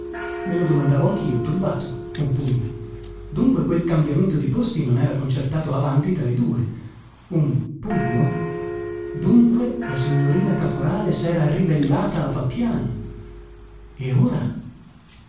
me lo domandavo anchio turbato un pugno dunque quel cambiamento di posti non era concertato avanti tra i due un pugno dunque la signorina caporale sera ribellata a papiano e ora